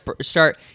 start